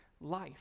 life